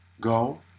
go